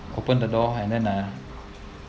open the door and then uh